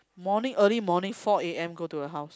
morning early morning four A_M go to her house